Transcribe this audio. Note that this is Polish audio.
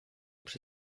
przy